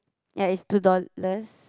ya is two dollars